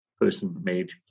person-made